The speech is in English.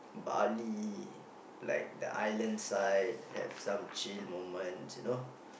Bali like the island side have some chill moments you know